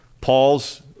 Paul's